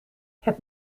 het